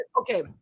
Okay